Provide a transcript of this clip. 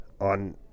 on